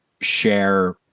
share